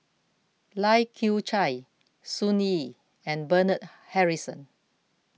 Lai Kew Chai Sun Yee and Bernard Harrison